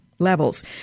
levels